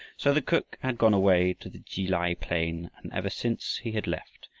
so the cook had gone away to the ki-lai plain, and, ever since he had left,